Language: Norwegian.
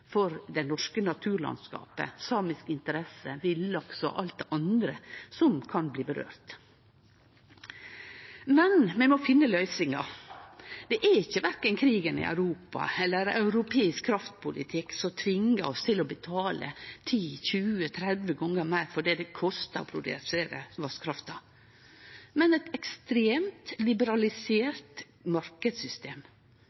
for det norske naturlandskapet, samisk interesser, villaks og alt det andre som det kan bli angå. Men vi må finne løysingar, det er verken krigen i Europa eller europeisk kraftpolitikk som tvingar oss til å betale 10–20–30 gonger meir for det det kostar å produsere vasskrafta, men eit ekstremt